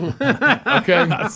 Okay